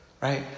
Right